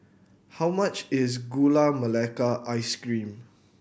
how much is Gula Melaka Ice Cream